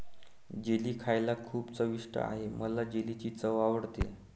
jelly खायला खूप चविष्ट आहे मला जेलीची चव आवडते